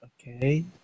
Okay